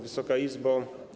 Wysoka Izbo!